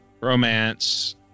romance